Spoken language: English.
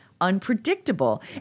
unpredictable